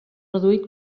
reduït